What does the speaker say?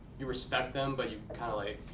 you respect them, but you kinda like,